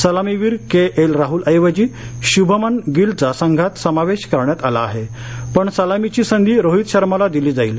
सलामीवीर K L Rahul ऐवजी शुभमन गिलचा संघात समावेश करण्यात आला आहे पण सलामीची संधी रोहित शर्माला दिली जाईल